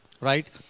right